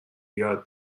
یاد